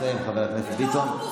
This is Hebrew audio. תסיים, חבר הכנסת ביטון.